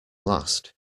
last